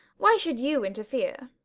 why should you interfere?